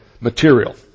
material